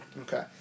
Okay